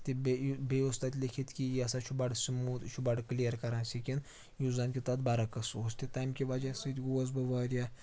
تہٕ بیٚیہِ بیٚیہِ اوس تَتہِ لیٖکھِتھ کہِ یہِ ہَسا چھُ بَڑٕ سُموٗتھ یہِ چھُ بَڑٕ کٕلیر کَران سِکن یُس زَن کہِ تَتھ برعکٕس اوس تہِ تَمہِ کہِ وجہ سۭتۍ گوس بہٕ واریاہ